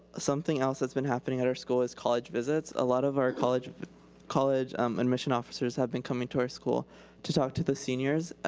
something else that's been happening at our schools is college visits. a lot of our college college um admission officers have been coming to our school to talk to the seniors, ah